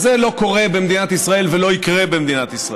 אז זה לא קורה במדינת ישראל ולא יקרה במדינת ישראל,